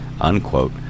unquote